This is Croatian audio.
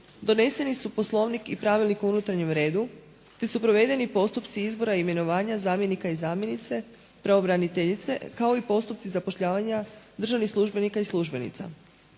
doneseni su Poslovnik i pravilnik o unutarnjem redu, te su provedeni postupci izora i imenovanja zamjenika i zamjenice pravobraniteljice kao i postupci zapošljavanja državnik službenika i službenica.